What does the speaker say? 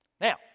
now